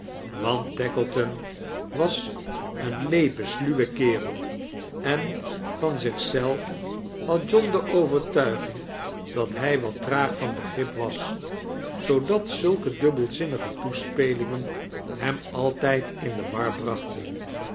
want tackleton was een leepe sluwe kerel en van zich zelf had john de overtuiging dat hij wat traag van begrip was zoodat zulke dubbelzdnnige toespelingen hem altijd in de war braohten